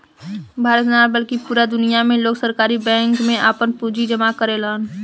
भारत में ना बल्कि पूरा दुनिया में लोग सहकारी बैंक में आपन पूंजी जामा करेलन